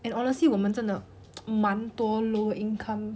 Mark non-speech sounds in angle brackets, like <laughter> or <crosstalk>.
and honestly 我们真的 <noise> 蛮多 low income